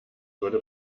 würde